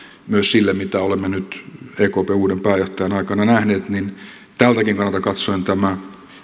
myös sille mitä olemme nyt ekpn uuden pääjohtajan aikana nähneet niin tältäkin kannalta katsoen tämä